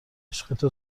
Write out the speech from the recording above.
عشقت